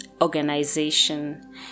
organization